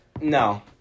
no